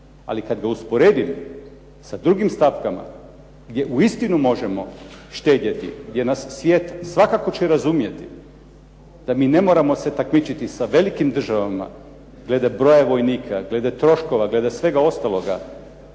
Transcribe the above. Ali kad ga usporedim sa drugim stavkama gdje uistinu možemo štedjeti, gdje nas svijet svakako će razumjeti da mi ne moramo se takmičiti sa velikim državama glede broja vojnika, glede troškova, glede svega ostaloga.